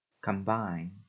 Combine